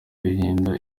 bahinga